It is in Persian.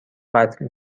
قطع